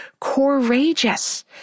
courageous